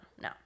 no